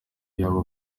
yaba